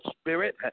spirit